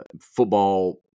football